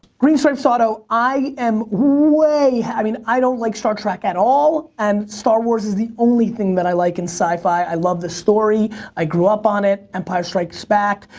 green stripes auto, i am way, yeah i mean, i don't like star trek at all, and star wars is the only thing that i like in sci-fi. i love the story i grew up on it. empire strikes back,